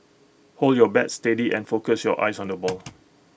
hold your bat steady and focus your eyes on the ball